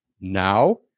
now